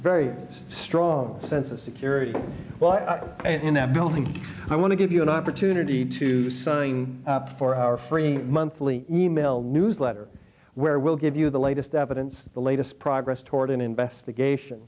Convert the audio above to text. very strong sense of security well i don't think i want to give you an opportunity to sign up for our free monthly e mail newsletter where we'll give you the latest evidence the latest progress toward an investigation